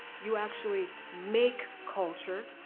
you actually make culture,